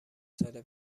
سال